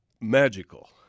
magical